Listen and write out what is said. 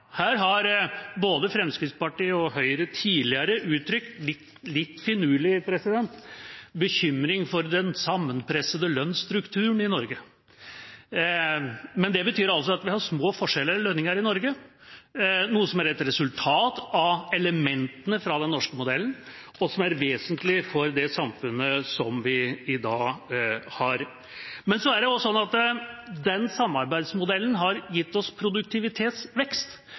Her har både Fremskrittspartiet og Høyre tidligere litt finurlig uttrykt bekymring for den sammenpressede lønnsstrukturen i Norge. Men det betyr altså at vi har små forskjeller i lønninger i Norge, noe som er et resultat av elementene fra den norske modellen, og som er vesentlig for det samfunnet som vi i dag har. Så er det også sånn at den samarbeidsmodellen har gitt oss produktivitetsvekst,